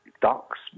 ducks